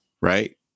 right